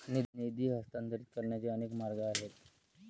निधी हस्तांतरित करण्याचे अनेक मार्ग आहेत